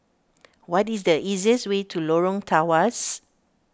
what is the easiest way to Lorong Tawas